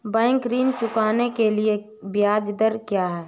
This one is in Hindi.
बैंक ऋण चुकाने के लिए ब्याज दर क्या है?